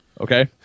okay